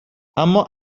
اما